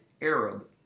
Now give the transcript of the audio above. Arab